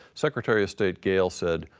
secretary of state gale said,